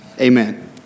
Amen